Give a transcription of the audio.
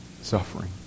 suffering